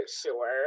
sure